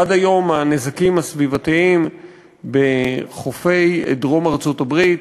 עד היום הנזקים הסביבתיים בחופי דרום ארצות-הברית,